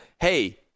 hey